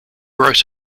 wrote